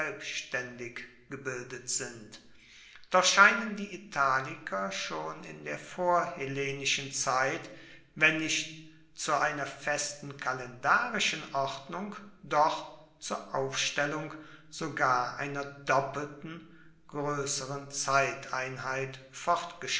selbstaendig gebildet sind doch scheinen die italiker schon in der vorhellenischen zeit wenn nicht zu einer festen kalendarischen ordnung doch zur aufstellung sogar einer doppelten groesseren zeiteinheit